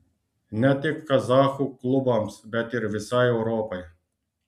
ne tik kazachų klubams bet ir visai europai